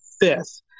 fifth